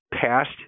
passed